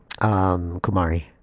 Kumari